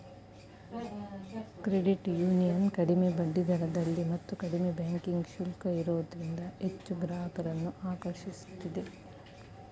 credit union ಕಡಿಮೆ ಬಡ್ಡಿದರದಲ್ಲಿ ಮತ್ತು ಕಡಿಮೆ ಬ್ಯಾಂಕಿಂಗ್ ಶುಲ್ಕ ಇರೋದ್ರಿಂದ ಹೆಚ್ಚು ಗ್ರಾಹಕರನ್ನು ಆಕರ್ಷಿಸುತ್ತಿದೆ